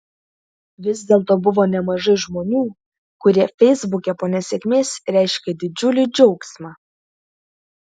vis dėlto buvo nemažai žmonių kurie feisbuke po nesėkmės reiškė didžiulį džiaugsmą